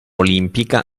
olimpica